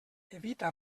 evita